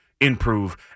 improve